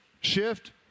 Shift